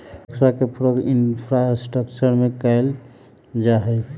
टैक्सवा के प्रयोग इंफ्रास्ट्रक्टर में कइल जाहई